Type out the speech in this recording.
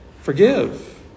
forgive